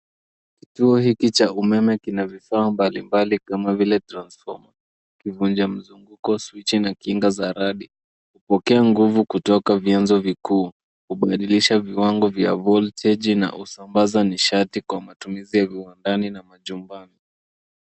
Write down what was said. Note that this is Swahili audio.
Kituo hiki cha umeme kina vifaa mbalimbali kama vile transfoma , kivunja mzunguko, swichi, na kinga za radi, hupokea nguvu kutoka vyanzo vikuu. Hubadilisha viwango vya volteji na husambaza nishati kwa matumizi ya viwandani na majumbani.